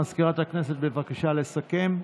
מזכירת הכנסת, בבקשה לסכם.